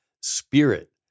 spirit